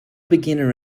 beginner